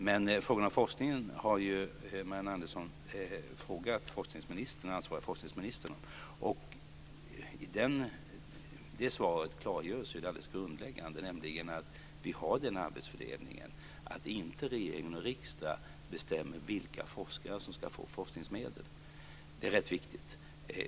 Men frågan om forskningen har ju Marianne Andersson ställt till den ansvarige forskningsministern, och i det svaret klargörs det alldeles grundläggande, nämligen att vi har den arbetsfördelningen att inte regering och riksdag bestämmer vilka forskare som ska få forskningsmedel. Det är rätt viktigt.